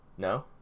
No